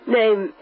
name